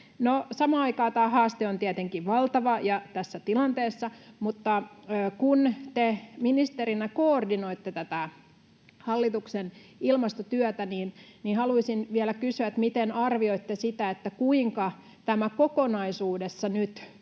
samaan aikaan tämä haaste on tietenkin valtava tässä tilanteessa, mutta kun te ministerinä koordinoitte tätä hallituksen ilmastotyötä, niin haluaisin vielä kysyä: miten arvioitte sitä, kuinka kokonaisuudessaan [Puhemies